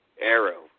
Arrow